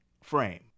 frame